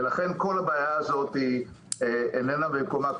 ולכן כל הבעיה הזאת איננה במקומה,